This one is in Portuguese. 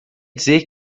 dizer